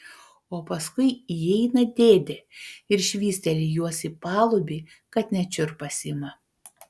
o paskui įeina dėdė ir švysteli juos į palubį kad net šiurpas ima